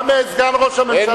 גם סגן ראש הממשלה,